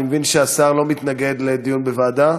אני מבין שהשר לא מתנגד לדיון בוועדה.